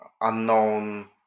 unknown